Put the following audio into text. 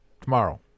Tomorrow